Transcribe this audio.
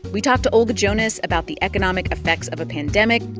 we talked to olga jonas about the economic effects of a pandemic,